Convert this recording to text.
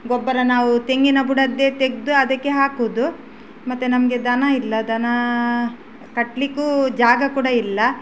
ಗೊಬ್ಬರ ನಾವು ತೆಂಗಿನ ಬುಡದ್ದೆ ತೆಗ್ದು ಅದಕ್ಕೆ ಹಾಕೋದು ಮತ್ತು ನಮಗೆ ದನ ಇಲ್ಲ ದನಾ ಕಟ್ಟಲಿಕ್ಕೂ ಜಾಗ ಕೂಡ ಇಲ್ಲ